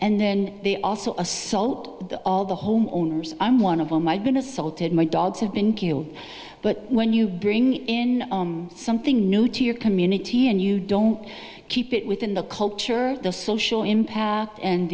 and then they also assault all the homeowners i'm one of them i've been assaulted my dogs have been killed but when you bring in something new to your community and you don't keep it within the culture the social impact and